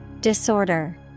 Disorder